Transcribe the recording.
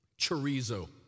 chorizo